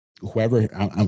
whoever